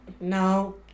no